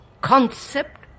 concept